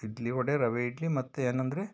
ಇಡ್ಲಿ ವಡೆ ರವೆ ಇಡ್ಲಿ ಮತ್ತು ಏನಂದಿರಿ